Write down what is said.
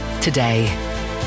today